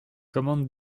commandes